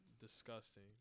disgusting